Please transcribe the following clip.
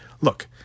Look